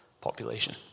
population